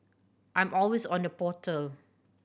I'm always on the portal